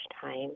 time